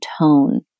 tone